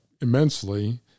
immensely